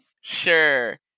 Sure